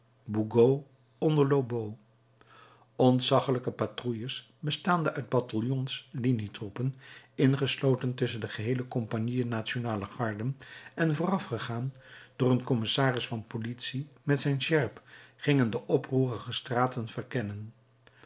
lobau ontzaggelijke patrouilles bestaande uit bataljons linietroepen ingesloten tusschen geheele compagnieën nationale garden en voorafgegaan door een commissaris van politie met zijn sjerp gingen de oproerige straten verkennen